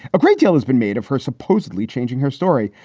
a great deal has been made of her supposedly changing her story.